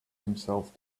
himself